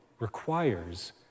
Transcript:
requires